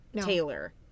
Taylor